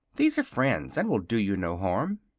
these are friends, and will do you no harm.